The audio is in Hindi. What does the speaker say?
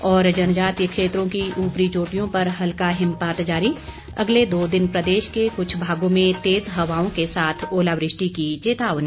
और जनजातीय क्षेत्रों की ऊपरी चोटियों पर हल्का हिमपात जारी अगले दो दिन प्रदेश के कुछ भागों में तेज हवाओं के साथ ओलावृष्टि की चेतावनी